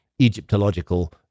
Egyptological